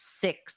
six